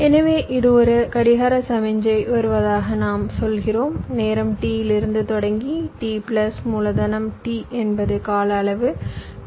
எனவே இது ஒரு கடிகார சமிக்ஞை வருவதாக நாம் சொல்கிறோம் நேரம் T இலிருந்து தொடங்கி t பிளஸ் மூலதனம் T என்பது கால அளவு t பிளஸ் 2T